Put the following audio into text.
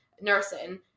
nursing